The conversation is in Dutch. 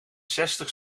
zestig